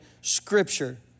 scripture